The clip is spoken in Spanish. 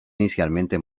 inicialmente